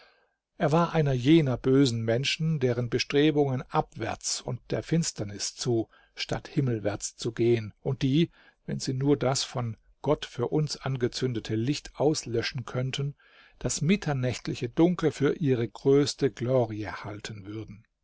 er war einer jener bösen menschen deren bestrebungen abwärts und der finsternis zu statt himmelwärts zu gehen und die wenn sie nur das von gott für uns angezündete licht auslöschen könnten das mitternächtliche dunkel für ihre größte glorie halten würden